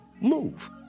move